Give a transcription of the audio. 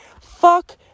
fuck